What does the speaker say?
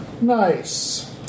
Nice